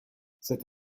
cette